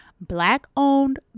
Black-owned